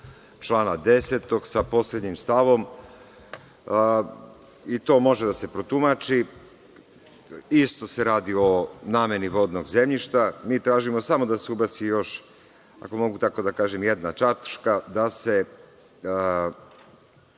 člana 10, sa poslednjim stavom i to može da se protumači. Isto se radi o nameni vodnog zemljišta. Mi tražimo samo da se ubaci još, ako mogu tako da kažem, jedna tačka da se